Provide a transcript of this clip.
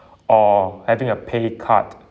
or having a pay cut